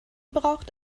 braucht